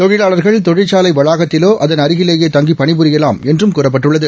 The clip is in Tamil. தொழிலாளர்கள் தொழிற்சாலை வளாகத்திலோ அதன் அருகிலேயே தங்கிபணிபுரியலாம் என்றும் கூறப்பட்டுள்ளது